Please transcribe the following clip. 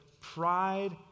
pride